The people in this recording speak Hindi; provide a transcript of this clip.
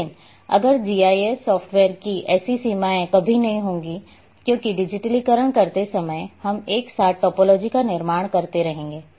लेकिन अगर जीआईएस सॉफ्टवेयर की ऐसी समस्याएं कभी नहीं होंगी क्योंकि डिजिटलीकरण करते समय हम एक साथ टोपोलॉजी का निर्माण करते रहेंगे